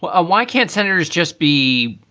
well, why can't senators just be